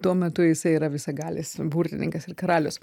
tuo metu jisai yra visagalis burtininkas ir karalius